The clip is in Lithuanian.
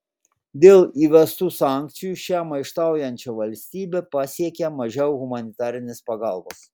dėl įvestų sankcijų šią maištaujančią valstybę pasiekia mažiau humanitarinės pagalbos